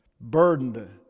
burdened